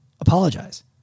Apologize